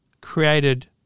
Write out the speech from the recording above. created